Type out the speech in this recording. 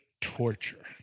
torture